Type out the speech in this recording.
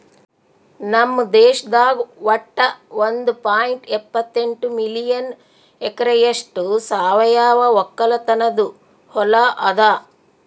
ನಮ್ ದೇಶದಾಗ್ ವಟ್ಟ ಒಂದ್ ಪಾಯಿಂಟ್ ಎಪ್ಪತ್ತೆಂಟು ಮಿಲಿಯನ್ ಎಕರೆಯಷ್ಟು ಸಾವಯವ ಒಕ್ಕಲತನದು ಹೊಲಾ ಅದ